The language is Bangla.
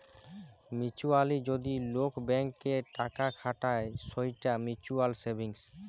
মিউচুয়ালি যদি লোক ব্যাঙ্ক এ টাকা খাতায় সৌটা মিউচুয়াল সেভিংস